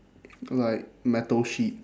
like metal sheet